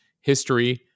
history